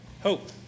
hope